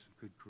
good